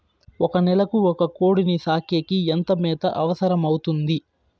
ఒక నెలకు ఒక కోడిని సాకేకి ఎంత మేత అవసరమవుతుంది?